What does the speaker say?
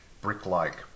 brick-like